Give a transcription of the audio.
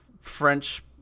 french